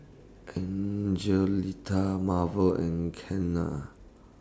Angelita Marvel and Kenna